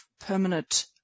permanent